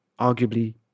arguably